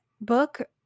book